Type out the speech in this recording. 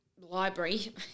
Library